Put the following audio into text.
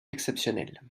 exceptionnelles